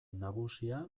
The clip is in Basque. nagusia